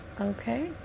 Okay